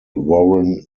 warren